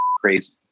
crazy